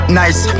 nice